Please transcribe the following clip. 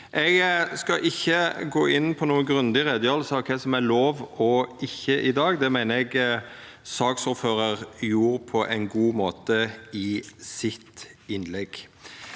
Eg skal ikkje gå inn på noka grundig utgreiing av kva som er lov og ikkje i dag. Det meiner eg saksordføraren gjorde på ein god måte i sitt innlegg.